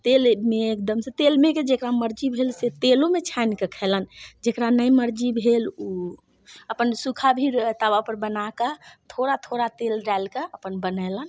तेलमे एकदम से तेलमे जेकरा मर्जी भेल से तेलोमे छानिके खयलनि जेकरा नहि मर्जी भेल ओ अपन सूखा भी तवा पर बनाके थोड़ा थोड़ा तेल डालिके अपन बनेलनि